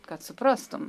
kad suprastum